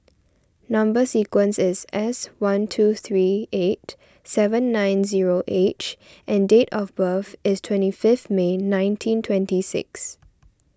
Number Sequence is S one two three eight seven nine zero H and date of birth is twenty fifth May nineteen twenty six